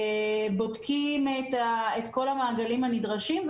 בודקים את כל המעגלים הנדרשים,